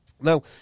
Now